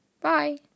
bye